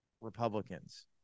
Republicans